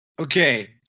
okay